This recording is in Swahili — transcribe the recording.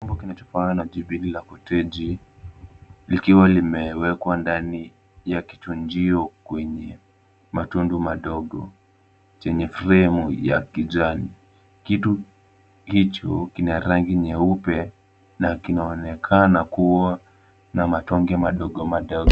Chombo kinachofanana na proteni linaonekana Iikiwa nimewekwa ndani ya kichungio kwenye matonge madogo. Chenye fremu ya kijani. Kitu hicho kina rangi nyeupe na kinaonekana kuwa na matone madogo madogo.